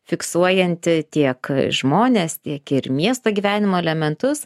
fiksuojanti tiek žmones tiek ir miesto gyvenimo elementus